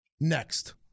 next